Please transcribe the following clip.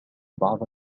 بعض